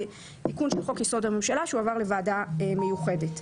בתיקון של חוק-יסוד: הממשלה שהועבר לוועדה מיוחדת.